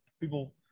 People